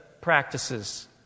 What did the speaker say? practices